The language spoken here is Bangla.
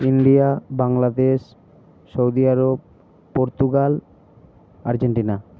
India Bangladesh Saudi Arabia Portugal Argentina